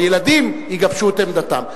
הילדים יגבשו את עמדתם.